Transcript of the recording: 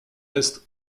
est